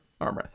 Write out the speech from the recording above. Armrest